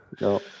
No